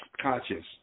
conscious